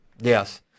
yes